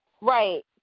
Right